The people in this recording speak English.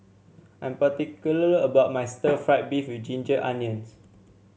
I am particular about my stir fry beef with Ginger Onions